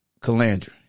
Calandra